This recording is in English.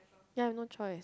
ya no choice